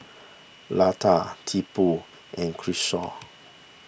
Lata Tipu and Kishore